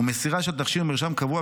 ומסירה של תכשיר מרשם קבוע,